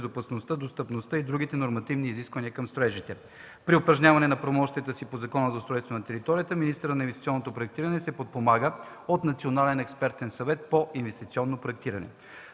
безопасността, достъпността и другите нормативни изисквания към строежите. При упражняване на правомощията си по Закона за устройство на територията министърът на инвестиционното проектиране се подпомага от национален експертен съвет по инвестиционно проектиране.